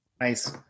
Nice